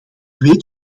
weet